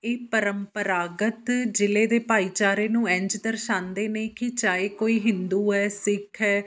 ਇਹ ਪ੍ਰੰਪਰਾਗਤ ਜ਼ਿਲ੍ਹੇ ਦੇ ਭਾਈਚਾਰੇ ਨੂੰ ਇੰਝ ਦਰਸਾਉਂਦੇ ਨੇ ਕਿ ਚਾਹੇ ਕੋਈ ਹਿੰਦੂ ਹੈ ਸਿੱਖ ਹੈ